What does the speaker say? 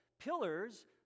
pillars